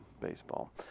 baseball